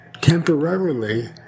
Temporarily